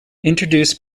introduced